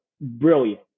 brilliant